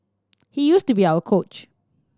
he used to be our coach